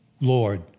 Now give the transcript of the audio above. lord